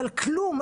אבל כלום,